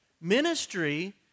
Ministry